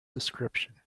description